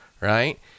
Right